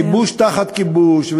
כיבוש תחת כיבוש,